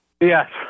Yes